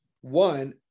One